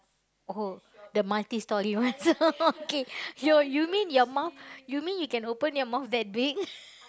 oh the multi-storey one okay your you mean your mouth you mean you can open your mouth that big